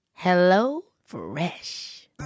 HelloFresh